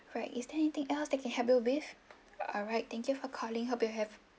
alright is there anything else that I can help you with alright thank you for calling hope you will have